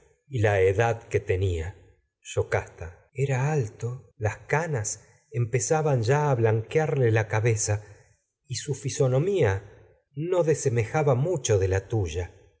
y la edad que tenia yocasta era alto las y su canas empezaban ya a blan no quearle la cabeza de la fisonomía desemejaba mucho tuya